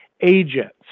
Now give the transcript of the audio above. agents